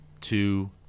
two